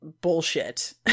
bullshit